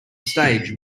stage